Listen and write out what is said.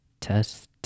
test